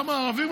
גם הערבים,